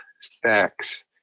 sex